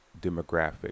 demographic